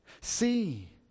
See